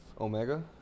Omega